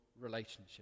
relationship